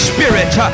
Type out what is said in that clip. Spirit